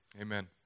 Amen